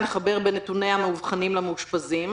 לחבר בין נתוני המאובחנים למאושפזים,